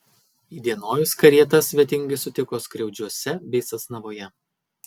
įdienojus karietas svetingai sutiko skriaudžiuose bei sasnavoje